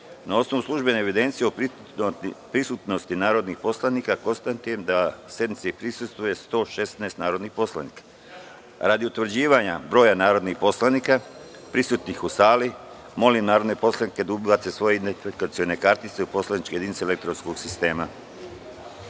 osnovu službene evidencije o prisutnosti narodnih poslanika, konstatujem da sednici prisustvuje 116 narodnih poslanika. Radi utvrđivanja broja narodnih poslanika prisutnih u sali, molim narodne poslanike da ubace svoje identifikacione kartice u poslaničke jedinice elektronskog sistema